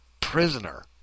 prisoner